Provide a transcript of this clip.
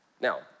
Now